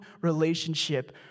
relationship